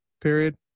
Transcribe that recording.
Period